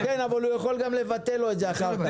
אבל השר יכול גם לבטל את זה אחר כך.